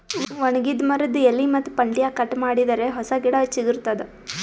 ಒಣಗಿದ್ ಮರದ್ದ್ ಎಲಿ ಮತ್ತ್ ಪಂಟ್ಟ್ಯಾ ಕಟ್ ಮಾಡಿದರೆ ಹೊಸ ಗಿಡ ಚಿಗರತದ್